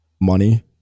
money